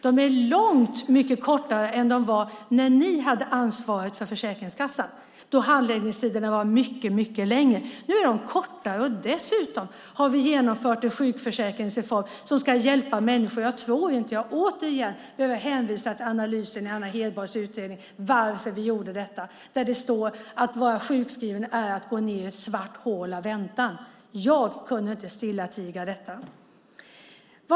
De är långt mycket kortare än de var när ni hade ansvaret för Försäkringskassan. Då var handläggningstiderna mycket längre. Nu är de kortare. Dessutom har vi genomfört en sjukförsäkringsreform som ska hjälpa människor. Jag tror inte att jag återigen behöver hänvisa till analyserna i Anna Hedborgs utredning för varför vi har gjort detta. Där står det: Att vara sjukskriven är att gå ned i ett svart hål av väntan. Jag har inte stillatigande kunnat ta del av detta.